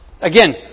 Again